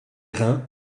reins